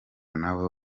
nabo